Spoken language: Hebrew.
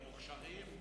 למוכשרים,